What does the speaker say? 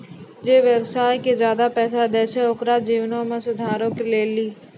जे व्यवसाय के ज्यादा पैसा दै छै ओकरो जीवनो मे सुधारो के लेली